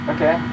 Okay